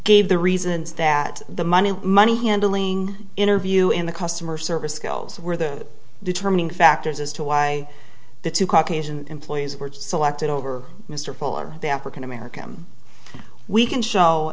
gave the reasons that the money money handling interview in the customer service skills were the determining factors as to why the two caucasian employees were selected over mr fuller the african american we can s